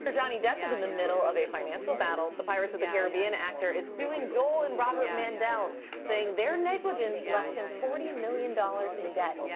johnny depp is in the middle of a financial battle. the pirates of the caribbean actor is suing joel and robert mandel saying their negligence left him forty million dollars in debt.